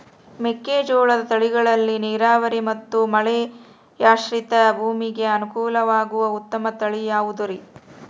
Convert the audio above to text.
ಮೆಕ್ಕೆಜೋಳದ ತಳಿಗಳಲ್ಲಿ ನೇರಾವರಿ ಮತ್ತು ಮಳೆಯಾಶ್ರಿತ ಭೂಮಿಗೆ ಅನುಕೂಲವಾಗುವ ಉತ್ತಮ ತಳಿ ಯಾವುದುರಿ?